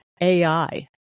AI